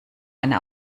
eine